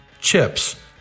chips